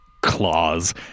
claws